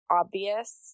obvious